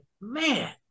Man